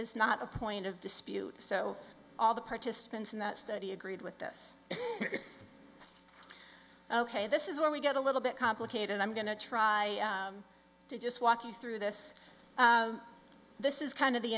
is not a point of dispute so all the participants in that study agreed with this ok this is where we get a little bit complicated i'm going to try to just walk you through this this is kind of the